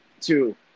Two